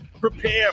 prepare